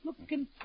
Looking